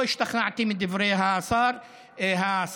לא השתכנעתי מדברי השרה.